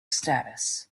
status